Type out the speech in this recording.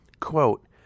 Quote